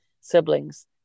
siblings